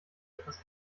etwas